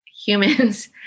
humans